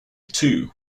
too